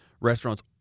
restaurants